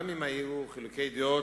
גם אם היו חילוקי דעות,